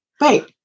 Right